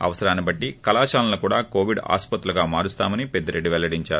అవసరాన్ని బట్లి కళాశాలను కూడా కోవిడ్ ఆస్పత్రులుగా మారుస్తామని పెద్దిరెడ్డి వెల్లడించారు